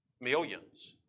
millions